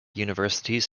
universities